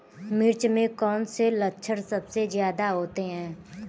मिर्च में कौन से लक्षण सबसे ज्यादा होते हैं?